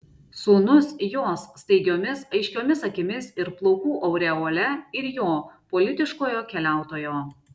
sūnus jos staigiomis aiškiomis akimis ir plaukų aureole ir jo politiškojo keliautojo